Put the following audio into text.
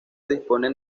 disponen